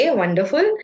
wonderful